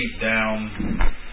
down